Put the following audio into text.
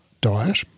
diet